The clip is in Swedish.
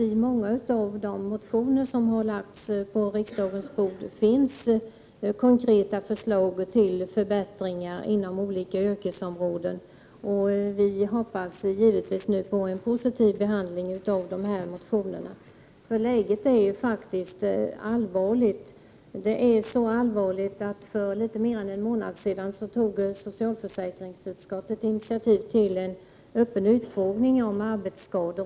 I många av de motioner som har lagts på riksdagens bord finns konkreta förslag till förbättringar inom olika yrkesområden. Nu hoppas vi givetvis på en positiv behandling av dessa motioner. Läget är faktiskt allvarligt. Läget är så allvarligt att socialförsäkringsutskottet för litet mer än en månad sedan tog initiativ till en öppen utfrågning om arbetsskador.